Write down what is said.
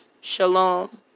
Shalom